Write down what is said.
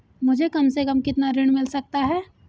मुझे कम से कम कितना ऋण मिल सकता है?